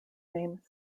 name